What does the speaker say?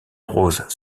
rose